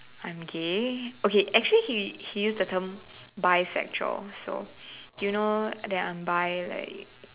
I'm gay okay actually he he used the term bisexual so do you know that I'm Bi like